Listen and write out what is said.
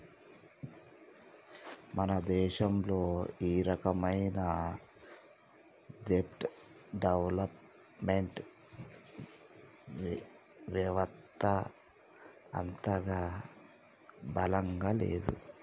మన దేశంలో ఈ రకమైన దెబ్ట్ డెవలప్ మెంట్ వెవత్త అంతగా బలంగా లేదు